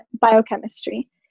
biochemistry